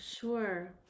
sure